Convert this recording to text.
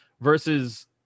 versus